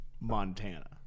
Montana